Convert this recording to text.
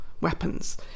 weapons